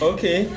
Okay